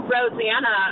Rosanna